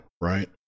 right